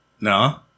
No